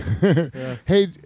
Hey